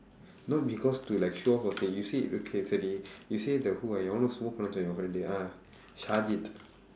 not because to like show off okay you see you say the who ah you almost smoke ah